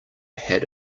had